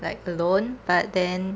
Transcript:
like alone but then